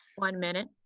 one minute.